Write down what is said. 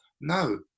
no